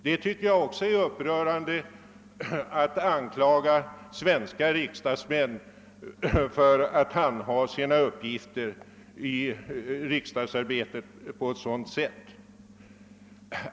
Det är även upprörande att anklaga svenska riksdagsmän för att handha sina uppgifter i riksdagsarbetet på ett sådant sätt.